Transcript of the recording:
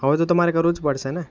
હવે તો તમારે કરવું જ પડશે ને